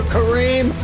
Kareem